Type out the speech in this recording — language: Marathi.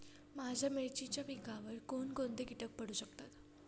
माझ्या मिरचीच्या पिकावर कोण कोणते कीटक पडू शकतात?